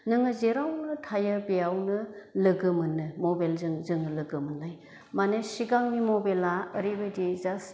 नोङो जेरावनो थायो बेयावनो लोगो मोनो मबेलजों जों लोगो मोननाय माने सिगांनि मबेला ओरैबायदि जास्ट